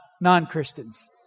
non-Christians